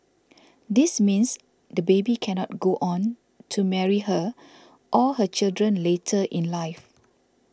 this means the baby cannot go on to marry her or her children later in life